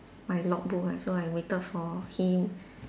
my logbook ah so I waited for him